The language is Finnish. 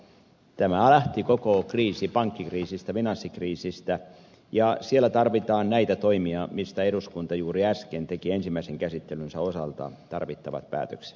tämä koko kriisi lähti pankkikriisistä finanssikriisistä ja siellä tarvitaan näitä toimia mistä eduskunta juuri äsken teki ensimmäisen käsittelynsä osalta tarvittavat päätökset